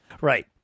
Right